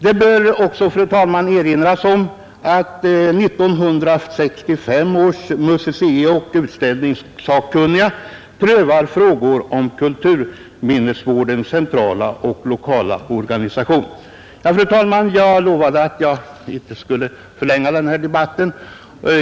Det bör också, fru talman, erinras om att 1965 ärs museioch utställningssakkunniga prövar frågor om kulturminnesvårdens centrala och lokala organisation. Fru talman! Jag lovade att inte onödigtvis förlänga denna debatt.